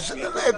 איזה לנהל?